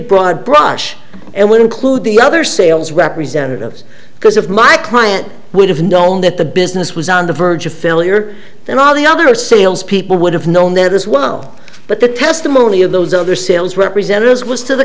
broad brush and would include the other sales representatives because of my client would have known that the business was on the verge of failure and all the other salespeople would have known that as well but the testimony of those other sales representatives was to the